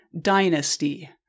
Dynasty